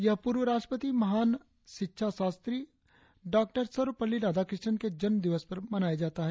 यह पूर्व राष्ट्रपति महान शिक्षा शास्त्री डॉक्टर सर्वपल्ली राधाकृष्णन के जन्म दिवस पर मनाया जाता है